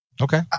Okay